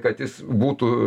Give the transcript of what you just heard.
kad jis būtų